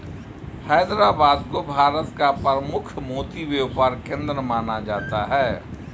हैदराबाद को भारत का प्रमुख मोती व्यापार केंद्र माना जाता है